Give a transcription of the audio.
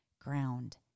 ground